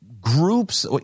groups